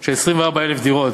של 24,000 דירות,